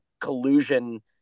collusion